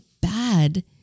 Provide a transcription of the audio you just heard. bad